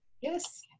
yes